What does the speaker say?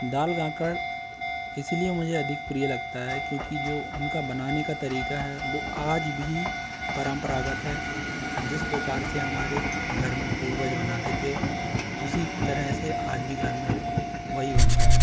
दाल गाकड़ इसलिए मुझे अधिक प्रिय लगता है क्योंकि जो उनका बनाने का तरीका है वो आज भी परंपरागत है जिस प्रकार से हमारे घर में पूर्वज बनाते थे उसी तरह से आज भी घर में वही बनता है